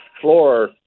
floor